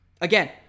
Again